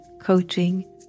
coaching